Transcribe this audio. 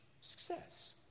success